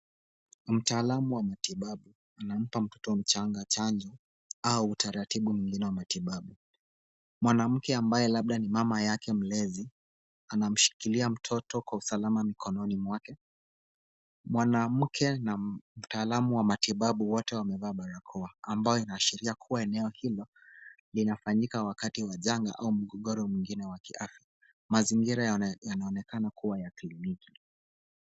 Mtalamu wa matibabu anampa mtoto mchanga chanjo au utaratibu mwingine wa matibabu. Mwanamke ambaye labda ni mama yake mlezi, anamshikilia mtoto kwa usalama mikononi mwake. Mwanamke na mtalaamu wa matibabu wote wamevaa barakoa ambaye inaashiria kuwa eneo hilo linafanyika wakati wa janga au mgogoro mwingine wa kiafya. Mazingira yanaonekana kuwa ya kliniki.